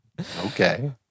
Okay